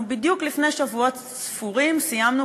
אנחנו בדיוק לפני שבועות ספורים סיימנו